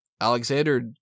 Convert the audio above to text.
Alexander